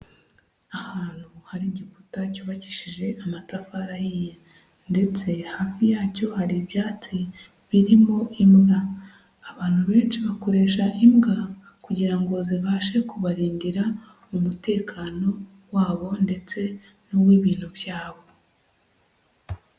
Ahantu hari igikuta cyubakishije amatafari ahiye ndetse hafi yacyo hari ibyatsi birimo imbwa, abantu benshi bakoresha imbwa kugira ngo zibashe kubarindira umutekano wabo ndetse n'uw'ibintu byabo.